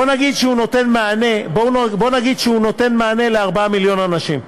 בוא נגיד שהוא נותן מענה ל-4 מיליון אנשים.